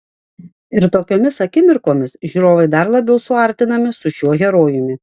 ir tokiomis akimirkomis žiūrovai dar labiau suartinami su šiuo herojumi